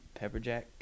Pepperjack